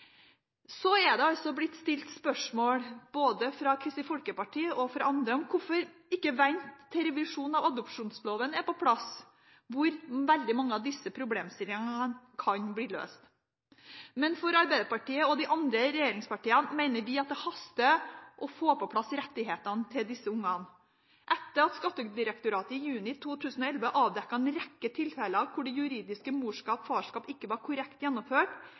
Så er det blitt stilt spørsmål fra både Kristelig Folkeparti og andre om hvorfor ikke vente til revisjon av adopsjonsloven er på plass, der veldig mange av disse problemstillingene kan bli løst. Men Arbeiderpartiet og de andre regjeringspartiene mener at det haster å få på plass rettighetene til disse barna. Etter at Skattedirektoratet i juni 2011 avdekket en rekke tilfeller hvor det juridiske morskap/farskap ikke var korrekt gjennomført,